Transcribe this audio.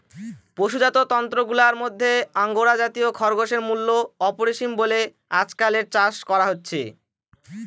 পশুজাত তন্তুগুলার মধ্যে আঙ্গোরা জাতীয় খরগোশের মূল্য অপরিসীম বলে আজকাল এর চাষ করা হচ্ছে